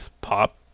pop